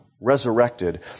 resurrected